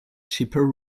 cheaper